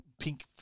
pink